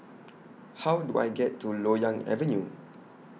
How Do I get to Loyang Avenue